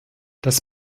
das